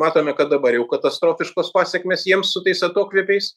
matome kad dabar jau katastrofiškos pasekmės jiems su tais atokvėpiais